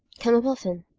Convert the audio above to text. come up often,